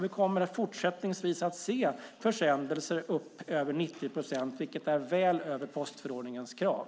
Vi kommer fortsättningsvis att se försändelser till över 90 procent levereras i tid, vilket är väl över postförordningens krav.